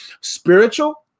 spiritual